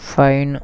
fine